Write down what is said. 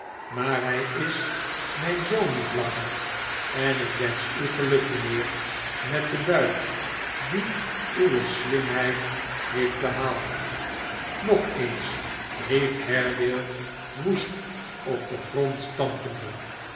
maar hij is mijn zoon niet langer en ik wensch u geluk mijnheer met den buit die uwe slimheid heeft behaald nog eens riep haredale woest op den grond stampende